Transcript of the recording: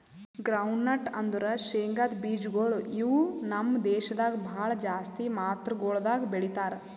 groundnut ಅಂದುರ್ ಶೇಂಗದ್ ಬೀಜಗೊಳ್ ಇವು ನಮ್ ದೇಶದಾಗ್ ಭಾಳ ಜಾಸ್ತಿ ಮಾತ್ರಗೊಳ್ದಾಗ್ ಬೆಳೀತಾರ